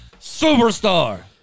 Superstar